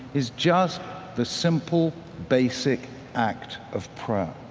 is just the simple basic act of prayer.